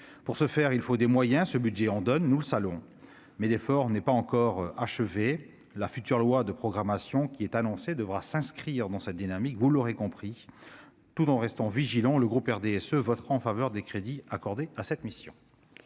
Pour ce faire, il faut des moyens. Ce budget en comporte, nous le saluons, mais l'effort n'est pas encore achevé. Le projet de loi de programmation qui est annoncé devra s'inscrire dans cette dynamique. Mes chers collègues, vous l'aurez compris, tout en restant vigilant, le groupe du RDSE votera en faveur des crédits de cette mission.